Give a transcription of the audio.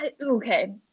okay